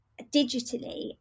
digitally